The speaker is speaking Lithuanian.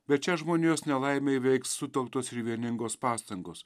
bet šią žmonijos nelaimę įveiks sutelktos ir vieningos pastangos